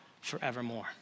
forevermore